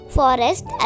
forest